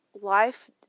Life